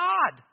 God